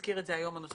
של